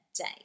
day